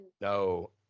No